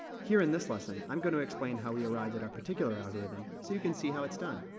here in this lesson, i'm going to explain how we arrived at our particular algorithm, so you can see how it's done.